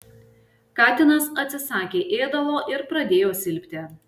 katinas atsisakė ėdalo ir pradėjo silpti